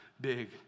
big